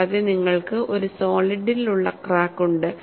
കൂടാതെ നിങ്ങൾക്ക് ഒരു സോളിഡിൽ ഉള്ള ക്രാക്ക് ഉണ്ട്